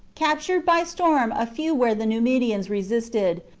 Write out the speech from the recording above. captured by storm a few where the numidians resisted,